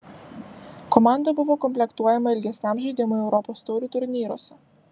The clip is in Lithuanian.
komanda buvo komplektuojama ilgesniam žaidimui europos taurių turnyruose